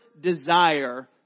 desire